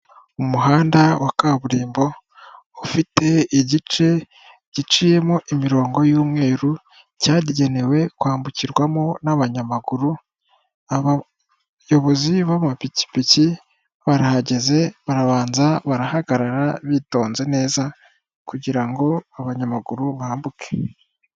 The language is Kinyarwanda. Umuhanda wa kaburimbo ufite igice giciyemo imirongo y'umweru cyagenewe kwambukirwamo n'abanyamaguru, abayobozi b'amapikipiki barahageze barabanza barahagarara bitonze neza kugira ngo abanyamaguru bambuke.